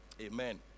Amen